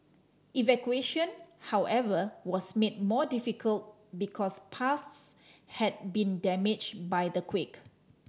evacuation however was made more difficult because paths had been damaged by the quake